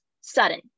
sudden